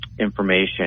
information